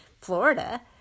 Florida